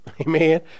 Amen